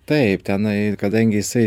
taip tenai kadangi jisai